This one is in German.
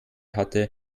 hatte